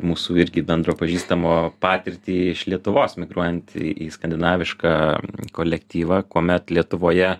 mūsų irgi bendro pažįstamo patirtį iš lietuvos migruojant į skandinavišką kolektyvą kuomet lietuvoje